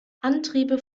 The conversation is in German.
antriebe